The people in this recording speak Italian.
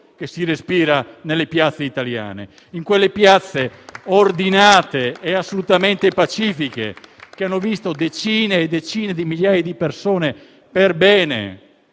si respira nelle piazze italiane. In quelle piazze ordinate e assolutamente pacifiche che hanno visto decine e decine di migliaia di persone perbene